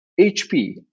HP